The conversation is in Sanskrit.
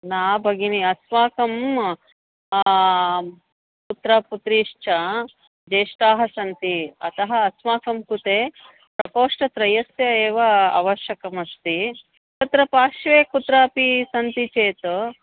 न भगिनि अस्माकं पुत्रः पुत्रीश्च ज्येष्ठाः सन्ति अतः अस्माकं कृते प्रकोष्ठत्रयस्य एव अवश्यकमस्ति तत्र पार्श्वे कुत्रापि सन्ति चेत्